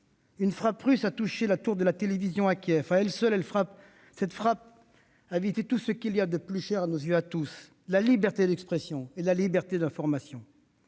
une frappe russe a touché la tour de la télévision à Kiev. À elle seule, cette frappe a visé ce qui est de plus cher à nos yeux : la liberté d'expression et la liberté d'information.